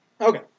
Okay